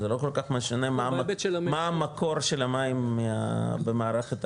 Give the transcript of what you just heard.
זה לא כל כך משנה מה מקור של המים במערכת הארצית,